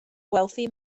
wealthy